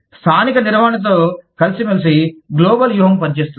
స్థానిక నిర్వహణతో కలిసిమెలసి గ్లోబల్ వ్యూహం పనిచేస్తుంది